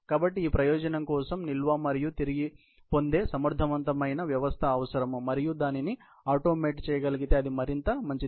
కాబట్టి ఈ ప్రయోజనం కోసం నిల్వ మరియు తిరిగి పొందే సమర్థవంతమైన వ్యవస్థ అవసరం మరియు దానిని ఆటోమేట్ చేయగలిగితే అది మరింత మంచిది